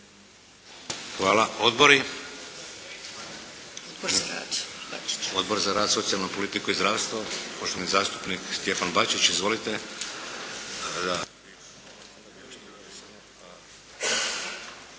Hvala. Odbori? Odbor za rad, socijalnu politiku i zdravstvo, poštovani zastupnik Stjepan Bačić. Izvolite.